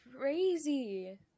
crazy